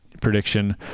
prediction